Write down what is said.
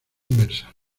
inversa